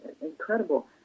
Incredible